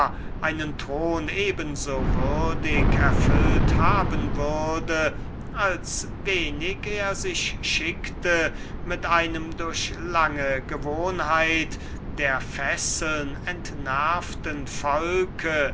einen thron eben so würdig erfüllt haben würde als wenig er sich schickte mit einem durch die lange gewohnheit der fesseln entnervten volke